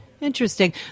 Interesting